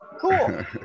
cool